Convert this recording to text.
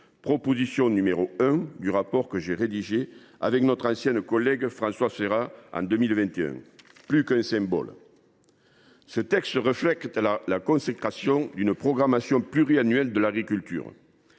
proposition du rapport intitulé, que j’ai rédigé avec notre ancienne collègue Françoise Férat en 2021. Plus qu’un symbole… Ce projet de loi reflète la consécration d’une programmation pluriannuelle de l’agriculture.